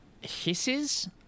hisses